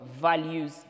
values